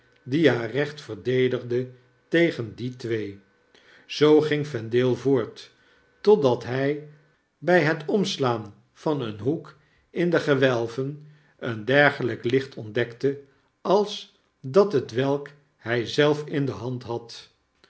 die haarrecht verdedigde tegen die twee zoo ging vendale voort totdat hy bij het omslaan van een hoek in de gewelven een dergelyk licht ontdekte als dat hetwelk hy zelf in de hand had